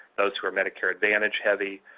those who are medicare advantage heavy.